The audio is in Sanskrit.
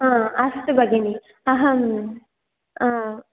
आ अस्तु भगिनि अहम्